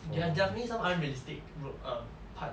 there are definitely some unrealistic ro~ um parts